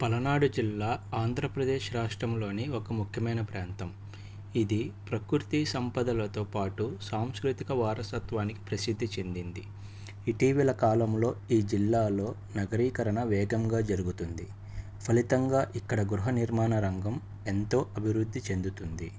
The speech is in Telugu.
పలనాడు జిల్లా ఆంధ్రప్రదేశ్ రాష్ట్రంలోని ఒక ముఖ్యమైన ప్రాంతం ఇది ప్రకృతి సంపదలతో పాటు సాంస్కృతిక వారసత్వానికి ప్రసిద్ధి చెందింది ఇటీవల కాలంలో ఈ జిల్లాలో నగరీకరణ వేగంగా జరుగుతుంది ఫలితంగా ఇక్కడ గృహ నిర్మాణ రంగం ఎంతో అభివృద్ధి చెందుతుంది